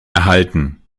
erhalten